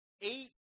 eight